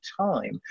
time